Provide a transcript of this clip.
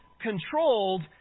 controlled